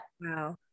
Wow